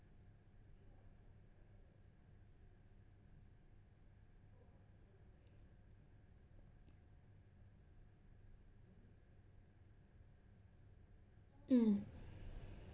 mm